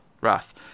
wrath